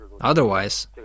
Otherwise